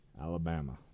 Alabama